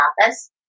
office